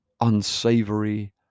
unsavory